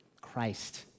Christ